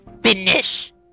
finish